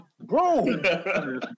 Bro